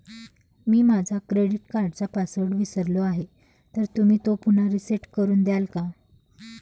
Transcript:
मी माझा क्रेडिट कार्डचा पासवर्ड विसरलो आहे तर तुम्ही तो पुन्हा रीसेट करून द्याल का?